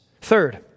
Third